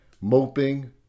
moping